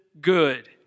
good